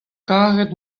karet